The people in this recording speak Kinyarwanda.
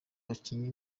bakinyi